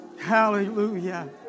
Hallelujah